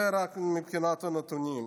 זה רק מבחינת הנתונים.